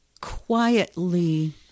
quietly